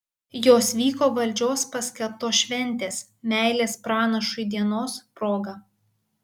jos vyko valdžios paskelbtos šventės meilės pranašui dienos proga